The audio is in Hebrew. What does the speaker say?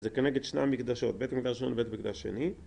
זה כנגד שני המקדשות, בית מקדש ובית מקדש שני